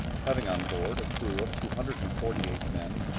having on board a crew of two hundred and forty eight men,